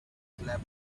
slept